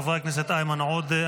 חברי הכנסת איימן עודה,